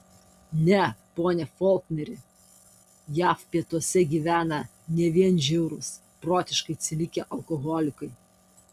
ne pone folkneri jav pietuose gyvena ne vien žiaurūs protiškai atsilikę alkoholikai